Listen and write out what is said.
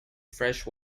fresh